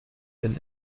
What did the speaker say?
wenn